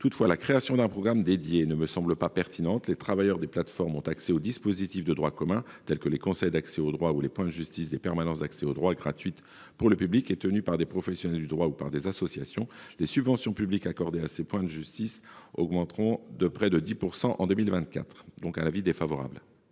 Toutefois, la création d’un programme spécifique ne me semble pas pertinente. Les travailleurs des plateformes ont accès aux dispositifs de droit commun, tels que les conseils d’accès aux droits ou les points justice des permanences d’accès au droit, gratuites pour le public et tenues par des professionnels du droit ou par des associations. Les subventions publiques accordées à ces points justice augmenteront de près de 10 % en 2024. Par conséquent, la